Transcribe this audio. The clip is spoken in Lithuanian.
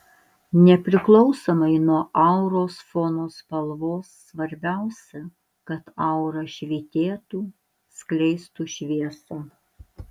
nepriklausomai nuo auros fono spalvos svarbiausia kad aura švytėtų skleistų šviesą